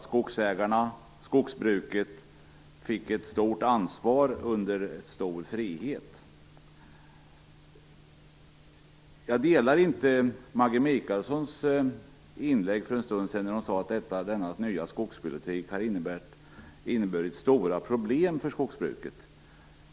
Skogsägarna och skogsbruket fick därmed ett stort ansvar under stor frihet. Jag delar inte det som Maggi Mikaelsson sade för en stund sedan. Hon sade att denna nya skogspolitik har inneburit stora problem för skogsbruket.